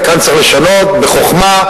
וכאן צריך לשנות בחוכמה,